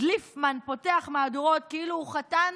דליפמן פותח מהדורות כאילו הוא חתן